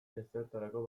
ezertarako